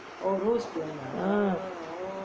ah